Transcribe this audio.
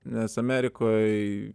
nes amerikoj